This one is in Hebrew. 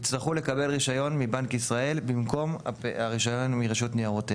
יצטרכו לקבל רישיון מבנק ישראל במקום רישיון מרשות ניירות ערך.